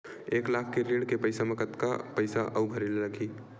एक लाख के ऋण के पईसा म कतका पईसा आऊ भरे ला लगही?